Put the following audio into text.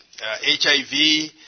HIV